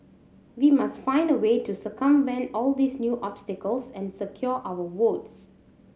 we must find a way to circumvent all these new obstacles and secure our votes